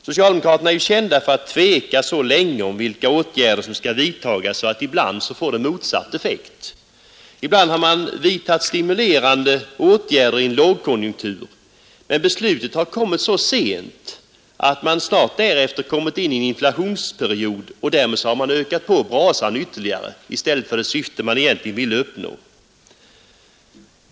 Socialdemokraterna är ju kända för att tveka så länge om vilka åtgärder som skall vidtagas att åtgärderna får motsatt effekt. Ibland har man vidtagit stimulerande åtgärder i en lågkonjunktur, men beslutet har kommit så sent att man snart därefter kommit in i en inflationsperiod och därmed ökat på brasan ytterligare i stället för det syfte man egentligen ville uppnå.